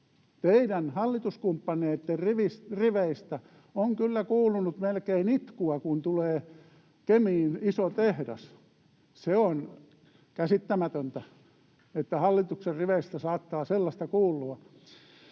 teidän hallituskumppaneittenne riveistä on kyllä kuulunut melkein itkua, kun tulee Kemiin iso tehdas. Se on käsittämätöntä, että hallituksen riveistä saattaa sellaista kuulua.